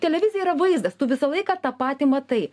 televizija yra vaizdas tu visą laiką tą patį matai